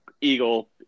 eagle